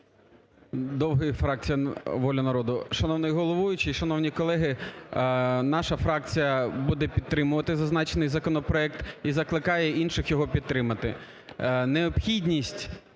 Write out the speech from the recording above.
Довгий, фракція "Воля народу". Шановний головуючий, шановні колеги! Наша фракція буде підтримувати зазначений законопроект і закликає інших його підтримати.